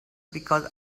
because